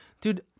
dude